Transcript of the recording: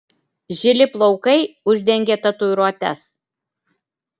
žili plaukai uždengė tatuiruotes